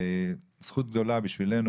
וזכות גדולה בשבילנו,